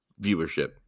viewership